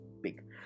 big